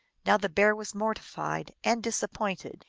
now the bear was mortified and disappointed.